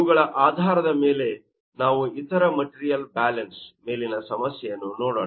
ಇವುಗಳ ಆಧಾರದ ಮೇಲೆ ನಾವು ಇತರ ಮಟರೀಯಲ್ ಬ್ಯಾಲನ್ಸ್Material balance ಮೇಲಿನ ಸಮಸ್ಯೆಯನ್ನು ನೋಡೋಣ